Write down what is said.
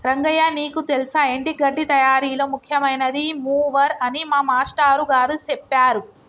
రంగయ్య నీకు తెల్సా ఎండి గడ్డి తయారీలో ముఖ్యమైనది మూవర్ అని మా మాష్టారు గారు సెప్పారు